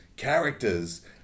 characters